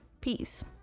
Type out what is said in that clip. Peace